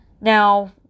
Now